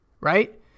right